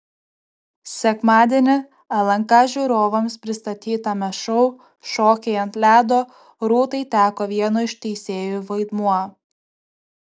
sekmadienį lnk žiūrovams pristatytame šou šokiai ant ledo rūtai teko vieno iš teisėjų vaidmuo